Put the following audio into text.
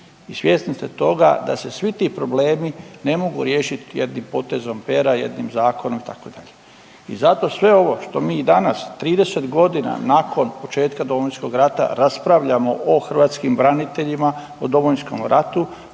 svjesni ste toga da se svi ti problemi ne mogu riješiti jednim potezom pera, jednim zakonom. I zato sve ovo što mi danas 30 godina nakon početka Domovinskog rata raspravljamo o hrvatskim braniteljima o Domovinskom ratu